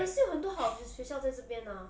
but still got 很多好的学校在这边 ah